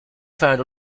found